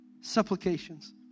supplications